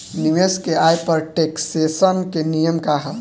निवेश के आय पर टेक्सेशन के नियम का ह?